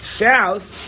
south